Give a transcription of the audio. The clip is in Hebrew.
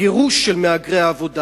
הגירוש של מהגרי העבודה,